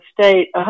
state